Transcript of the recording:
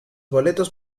boletos